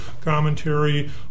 commentary